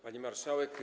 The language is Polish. Pani Marszałek!